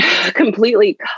completely